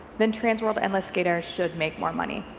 then transworld end less skate er should make more money.